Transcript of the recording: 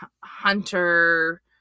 Hunter